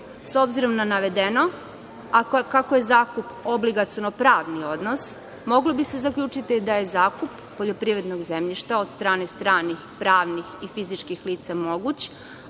obzirom na navedeno, a kako je zakup obligaciono pravni odnos, moglo bi se zaključiti da je zakup poljoprivrednog zemljišta od strane stranih pravnih i fizičkih lica moguć,